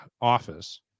office